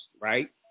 right